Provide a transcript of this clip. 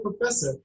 professor